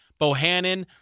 Bohannon